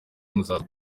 muzaza